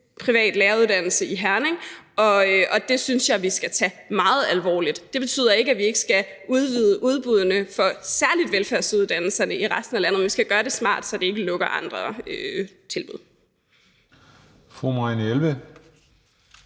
privat læreruddannelse i Herning, og det synes jeg at vi skal tage meget alvorligt. Det betyder ikke, at vi ikke skal udvide udbuddene for særlig velfærdsuddannelserne i resten af landet, men vi skal gøre det smart, så det ikke lukker andre tilbud. Kl. 18:28 Den